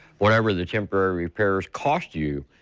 what ever the temporary repairs cost you,